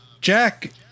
Jack